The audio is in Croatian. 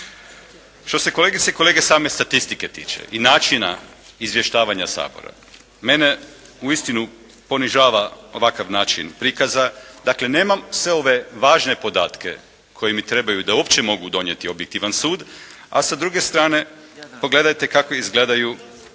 Što se kolegice i kolege same statistike tiče i načina izvještavanja Sabora mene uistinu ponižava ovakav način prikaza. Dakle nemam sve ove važne podatke koji mi trebaju da uopće mogu donijeti objektivan sud, a sa druge strane pogledajte kako izgledaju tablice